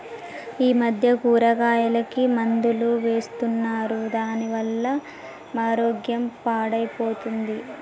ఈ మధ్య కూరగాయలకి మందులు వేస్తున్నారు దాని వల్ల మన ఆరోగ్యం పాడైపోతుంది